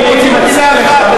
אתם רוצים מדינה אחת.